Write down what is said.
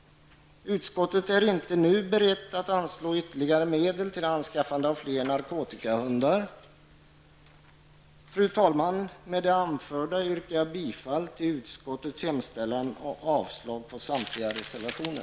Utskottet är inte nu berett att anslå ytterligare medel till anskaffande av fler narkotikahundar. Fru talman! Med det anförda yrkar jag bifall till utskottets hemställan och avslag på samtliga reservationer.